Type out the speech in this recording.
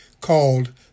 called